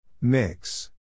Mix